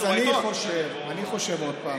אז אני חושב, עוד פעם,